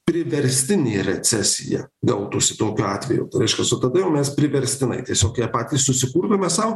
priverstinė recesija gautųsi tokiu atveju reiškias o tada jau mes priverstinai tiesiog ją patys susikurtume sau